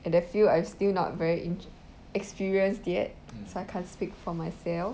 at that field I still not very experienced yet so I can't speak for myself